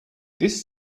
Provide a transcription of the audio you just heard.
this